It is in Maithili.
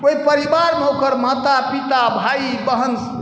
ओहि परिवारमे ओकर माता पिता भाइ बहिन